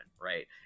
right